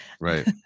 right